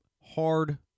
hard